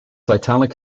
italic